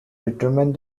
determine